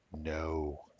No